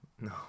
No